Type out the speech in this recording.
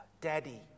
Daddy